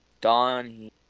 Don